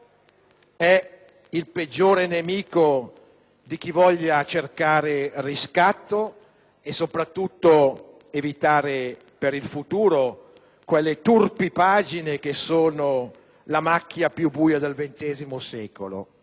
è il peggiore nemico di chi voglia cercare riscatto e soprattutto evitare per il futuro quelle turpi pagine che sono la macchia più buia del XX secolo.